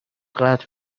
قطع